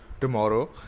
tomorrow